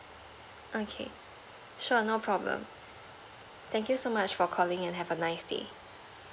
okay sure no problem thank you so much for calling and have a nice day